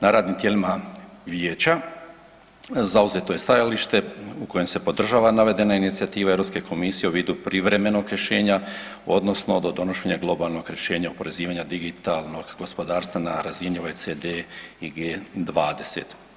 Na radnim tijelima vijeća zauzeto je stajalište u kojem se podržava navedena inicijativa Europske komisije u vidu privremenog rješenja odnosno do donošenja globalnog rješenja oporezivanja digitalnog gospodarstva na razini OECD i G20.